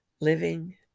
Living